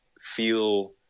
feel